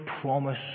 promise